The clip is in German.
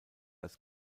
als